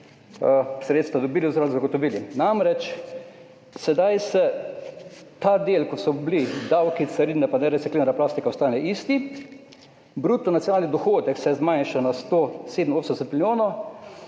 sredstva dobili oziroma zagotovili. Namreč, sedaj ta del, davki, carina pa nereciklirana plastika, ostane isti, bruto nacionalni dohodek se zmanjša na 187 milijonov,